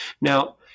Now